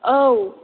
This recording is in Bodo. औ